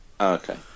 Okay